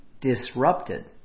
disrupted